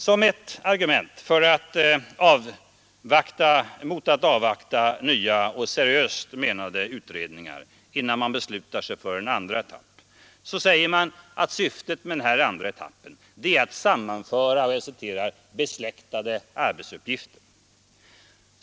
Som ett argument mot att avvakta nya och seriöst menade utredningar, innan man beslutar sig för en andra etapp, säger man att syftet med den här andra etappen är att sammanföra ”besläktade arbetsuppgifter”.